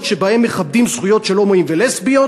שבהן מכבדים זכויות של הומואים ולסביות,